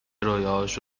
رویاهاشو